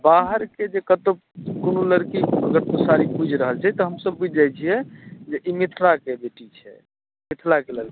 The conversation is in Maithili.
बाहर के जे कतौ कोनो लड़की व्यक्तिगत जुझि रहल छै तऽ हम सब बुझै छियै मिथिला के बेटी छै मिथिला के लड़की छियै